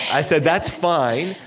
i said, that's fine,